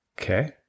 Okay